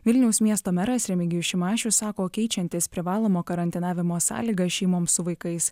vilniaus miesto meras remigijus šimašius sako keičiantis privalomo karantinavimo sąlygas šeimoms su vaikais